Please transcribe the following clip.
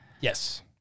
yes